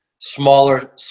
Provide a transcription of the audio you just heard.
smaller